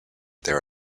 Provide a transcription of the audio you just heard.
their